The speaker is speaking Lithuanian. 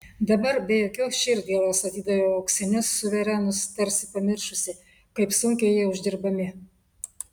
dabar be jokios širdgėlos atidaviau auksinius suverenus tarsi pamiršusi kaip sunkiai jie uždirbami